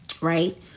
right